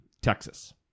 Texas